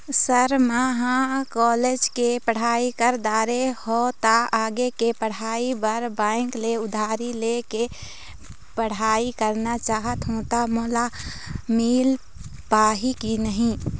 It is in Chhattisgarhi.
सर म ह कॉलेज के पढ़ाई कर दारें हों ता आगे के पढ़ाई बर बैंक ले उधारी ले के पढ़ाई करना चाहत हों ता मोला मील पाही की नहीं?